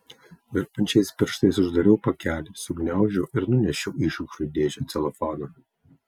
virpančiais pirštais uždariau pakelį sugniaužiau ir nunešiau į šiukšlių dėžę celofaną